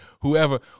whoever